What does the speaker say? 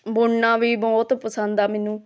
ਬੁਣਨਾ ਵੀ ਬਹੁਤ ਪਸੰਦ ਆ ਮੈਨੂੰ